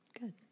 Good